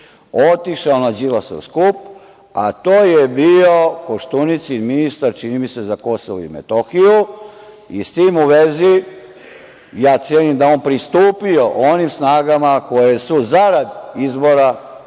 otišao na Đilasov skup, a to je bio Koštuničin ministar, čini mi se, za Kosovo i Metohiju i s tim u vezi ja cenim da je on pristupio onim snagama koje su zarad izbora